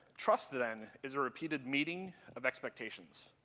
trust then is a repeated meeting of expectations.